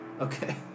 Okay